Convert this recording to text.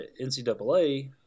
NCAA